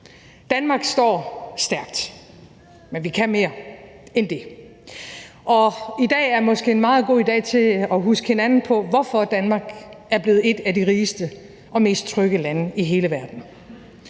Danmark står stærkt, men vi kan mere end det, og i dag er måske en meget god dag til at huske hinanden på, hvorfor Danmark er blevet et af de rigeste og mest trygge lande i hele verden.